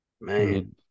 man